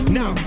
Now